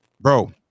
bro